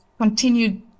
continued